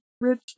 rich